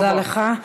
תודה רבה.